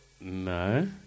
No